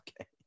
okay